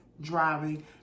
driving